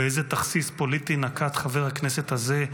איזה תכסיס פוליטי נקט חבר הכנסת הזה,